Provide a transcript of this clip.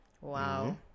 Wow